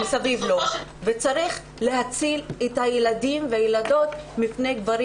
צריך להציל את הילדים והילדות מפני גברים